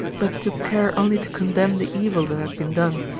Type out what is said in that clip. but took care only to condemn the evil that had been done.